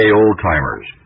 old-timers